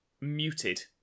muted